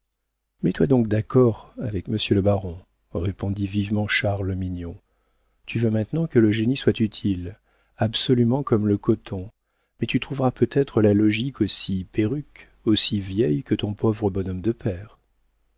monde mets-toi donc d'accord avec monsieur le baron répondit vivement charles mignon tu veux maintenant que le génie soit utile absolument comme le coton mais tu trouveras peut-être la logique aussi perruque aussi vieille que ton pauvre bonhomme de père